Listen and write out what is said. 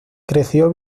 creció